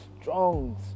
strong